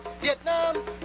Vietnam